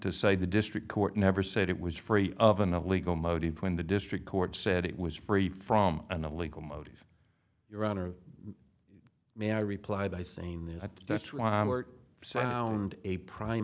say the district court never said it was free of an illegal motive when the district court said it was free from an illegal motive your honor may i replied by saying that that's why sound a prime